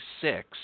six